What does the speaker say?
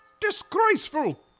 Disgraceful